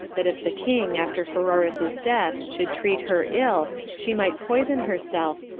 that if the king, after pheroras's death, should treat her ill, she might poison herself,